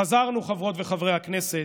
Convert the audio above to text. חזרנו, חברות וחברי הכנסת,